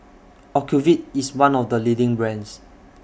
Ocuvite IS one of The leading brands